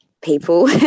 people